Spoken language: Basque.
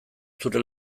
zure